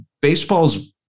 baseball's